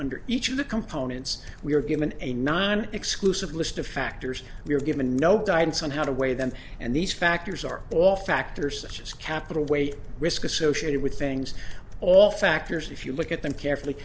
under each of the components we are given a nine exclusive list of factors we are given no guidance on how to weigh them and these factors are all factors such as capital weight risk associated with things all factors if you look at them carefully